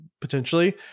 potentially